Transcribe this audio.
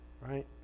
Right